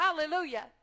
Hallelujah